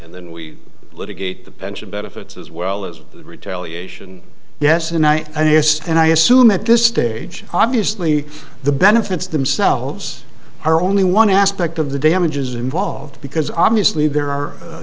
and then we litigate the pension benefits as well as retaliation yes and i and yes and i assume at this stage obviously the benefits themselves are only one aspect of the damages involved because obviously there are